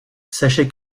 sachez